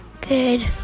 Good